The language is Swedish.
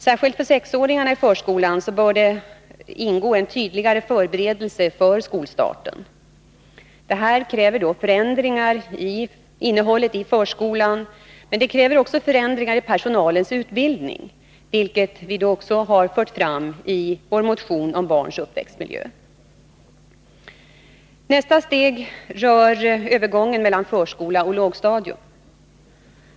Särskilt för sexåringarna i förskolan bör det ingå en tydligare förberedelse inför skolstarten. Det här kräver förändringar av innehållet i förskolan. Men det kräver också förändringar av personalens utbildning, vilket vi också framfört i vår motion om barns uppväxtmiljö. Nästa steg rör övergången mellan förskola och lågstadium.